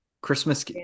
Christmas